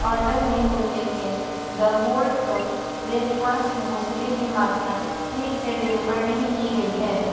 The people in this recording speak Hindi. आर्डर में उल्लेखित the whole truth breakfast muesli की मात्रा ठीक से डिलेवर नहीं की गई है